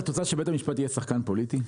את רוצה שבית המשפט יהיה שחקן פוליטי?